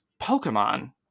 Pokemon